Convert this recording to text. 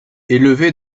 élevé